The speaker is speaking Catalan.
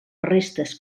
restes